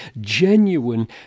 genuine